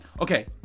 Okay